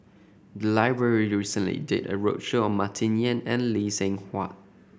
the library recently did a roadshow on Martin Yan and Lee Seng Huat